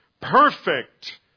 Perfect